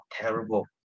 terrible